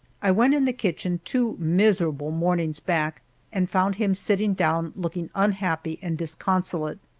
i went in the kitchen two miserable mornings back and found him sitting down looking unhappy and disconsolate.